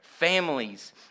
Families